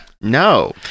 No